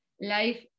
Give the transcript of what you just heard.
Life